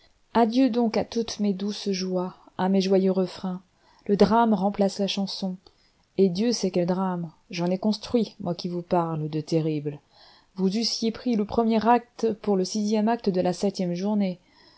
adieu donc à toutes mes douces joies à mes joyeux refrains le drame remplace la chanson et dieu sait quels drames j'en ai construit moi qui vous parle de terribles vous eussiez pris le premier acte pour le sixième acte de la septième journée